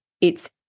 it's-